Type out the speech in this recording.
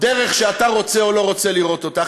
בדרך שאתה רוצה או לא רוצה לראות אותה.